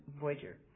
Voyager